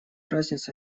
разница